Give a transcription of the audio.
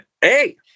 hey